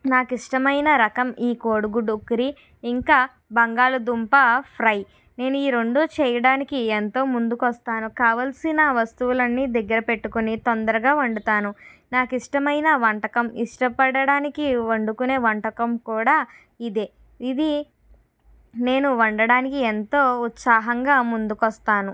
నాకు ఇష్టమైన రకం ఈ కోడిగుడ్డు ఉక్కిరి ఇంకా బంగాళదుంప ఫ్రై నేను ఈ రెండు చేయడానికి ఎంతో ముందుకి వస్తాను కావలసిన వస్తువులన్నీ దగ్గర పెట్టుకొని తొందరగా వండుతాను నాకు ఇష్టమైన వంటకం ఇష్టపడటానికి వండుకునే వంటకం కూడా ఇదే ఇది నేను వండటానికి ఎంతో ఉత్సాహంగా ముందుకు వస్తాను